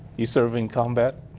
you serve in combat?